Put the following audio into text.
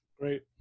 Great